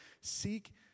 Seek